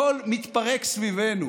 הכול מתפרק סביבנו.